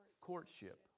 Courtship